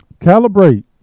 Calibrate